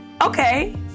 okay